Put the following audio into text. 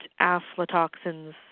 aflatoxins